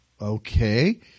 okay